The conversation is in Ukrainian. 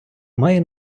має